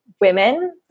women